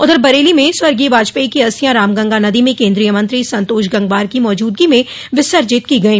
उधर बरेली में स्वर्गीय वाजपेई की अस्थियां रामगंगा नदी में केन्द्रीय मंत्री संतोष गंगवार की मौजूदगी में विसर्जित की गई